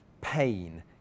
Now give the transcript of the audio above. pain